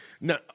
No